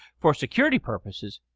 for security purposes,